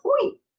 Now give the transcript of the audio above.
point